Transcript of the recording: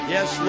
Yes